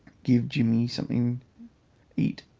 give jimmy something eat.